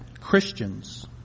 Christians